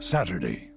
Saturday